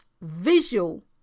visual